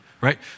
right